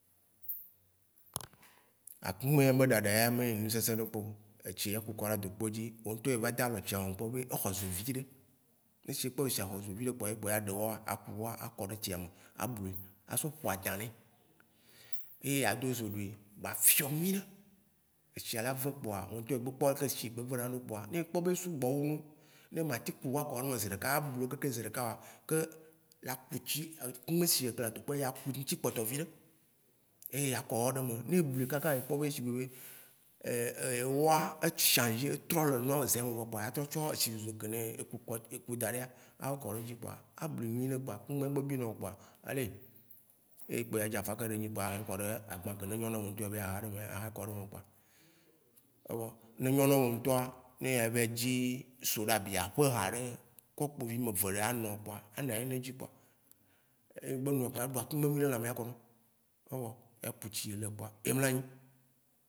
Akũmɛ ya be ɖaɖa ya me nye nu sesĩ ɖekpeo. Etsi ye a ku kɔɖe adokpodzi, wo ŋ'tɔ eva dalɔ tsia me e kpɔbe exɔzo viɖe, ne tsia e kpɔ be tsia xɔzo viɖe ɖe kpo aɖewo a ku wɔa a kɔɖe tsiame a blui a sɔ ƒo adã nɛ. Ye a do zo doe ba fiɔ nyiɖe. Etsia la ve kpoa, wo ŋtɔ egbe kpɔ le tsi vena ɖo kpoa; ne ekpɔ be e sugbɔ wunu ye ma teŋ ku wɔa kɔɖe me zeɖeka a blu wo kekeŋ zeɖekaoa, ke a ku tsi, kumɛ si ke le adokpoadzi a ku ŋtsi kpɔtɔ viɖe eye a kɔ wɔ ɖe me. Ne e blui kaka e kpɔ shigbe be ewɔa e change e trɔ le nuame le zea me kpoa a trɔ tsɔ etsi zozo ke eku kpɔ, e ku daɖɛa a kɔ kɔɖedzi kpoa a blui nyuiɖe kpoa, kumɛa gbe bi nawo kpo ale, Ye kpo a dzi afakɛ ɖe ŋtsi kpoa a hɛ kɔɖe agbã ke ne nyɔ na wo ŋtɔ o be ya ha ɖe me aha kɔɖe me kpoa evɔ. Ne enyɔ ne wo ŋtɔa, ne ava yi dzi soɖabi aƒeha ɖe kɔpovi ameve ɖe a nu kpoa, anyi ɖe ɖzi kpoa, ne egbe nuvɔ kpoa, a ɖu akũmɛ mlemle lãme a kɔnɔ. Evɔ a yi ku tsi e le kpoa e mla yi.